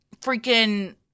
freaking